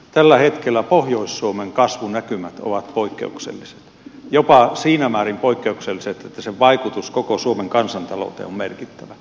tällä hetkellä pohjois suomen kasvunäkymät ovat poikkeukselliset jopa siinä määrin poikkeukselliset että niiden vaikutus koko suomen kansantalouteen on merkittävä